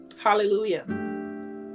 Hallelujah